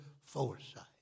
foresight